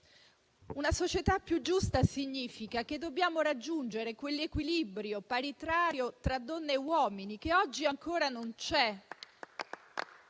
Una società più giusta significa che dobbiamo raggiungere quell'equilibrio paritario tra donne e uomini che oggi ancora non c'è.